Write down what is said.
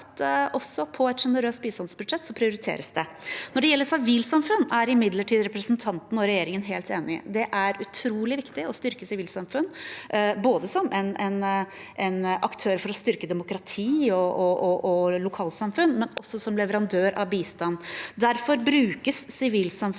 også på et sjenerøst bistandsbudsjett. Når det gjelder sivilsamfunn, er imidlertid representanten og regjeringen helt enige. Det er utrolig viktig å styrke sivilsamfunn, både som en aktør for å styrke demokrati og lokalsamfunn og som leverandør av bistand. Derfor brukes sivilsamfunn